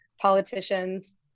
politicians